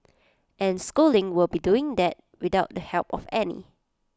and schooling will be doing that without the help of any